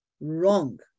wrong